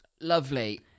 Lovely